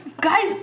Guys